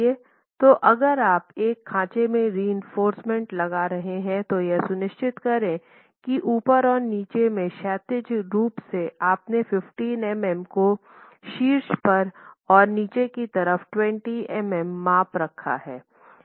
तो अगर आप एक खांचे में रिइंफोर्समेन्ट लगा रहे हैं तो यह सुनिश्चित करें कि ऊपर और नीचे में क्षैतिज रूप से आपने 15 मिमी को शीर्ष पर और नीचे की तरफ 20 मिमी मांप रखा गया है